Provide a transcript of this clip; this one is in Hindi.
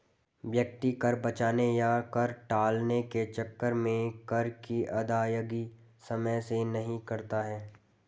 व्यक्ति कर बचाने या कर टालने के चक्कर में कर की अदायगी समय से नहीं करता है